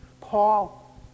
Paul